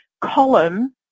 column